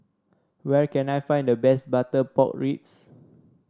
where can I find the best Butter Pork Ribs